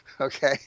okay